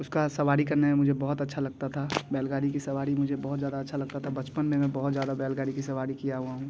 उसका सवारी करने में मुझे बहुत अच्छा लगता था बैलगाड़ी की सवारी मुझे बहुत ज़्यादा अच्छा लगता था बचपन में मैं बहुत ज़्यादा बैलगाड़ी की सवारी किया हुआ हूँ